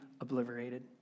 obliterated